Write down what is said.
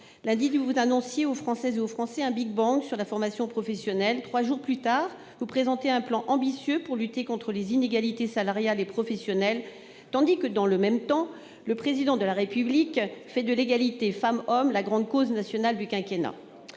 Lundi, vous annonciez aux Françaises et aux Français un de la formation professionnelle. Trois jours plus tard, vous présentez un plan ambitieux pour lutter contre les inégalités salariales et professionnelles, tandis que, dans le même temps, le Président de la République fait de l'égalité entre les femmes et les hommes la grande cause nationale du quinquennat.